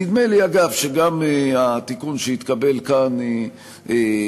נדמה לי, אגב, שגם התיקון שהתקבל כאן בעניין